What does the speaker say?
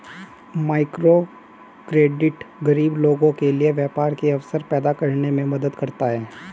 microcredit गरीब लोगों के लिए व्यापार के अवसर पैदा करने में मदद करता है